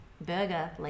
burger